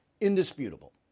Indisputable